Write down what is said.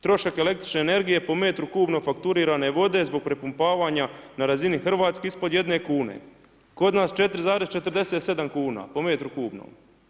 Trošak električne energije po metrom kubnom fakturirane vode zbog prepumpavanja na razini Hrvatske ispod jedne kune, kod nas 4,47 kuna po metru kubnom.